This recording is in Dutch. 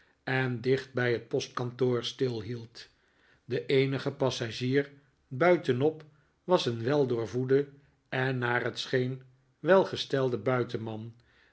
en dicht bij het postkantoor stilhield de eenige passagier buitenop was een weldoorvoede en naar het scheen welgestelde buitenman